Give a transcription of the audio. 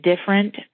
different